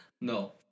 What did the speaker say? No